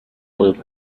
коюп